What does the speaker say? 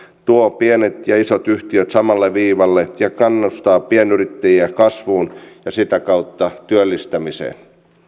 tuo pienet ja isot yhtiöt samalle viivalle ja kannustaa pienyrittäjiä kasvuun ja sitä kautta työllistämiseen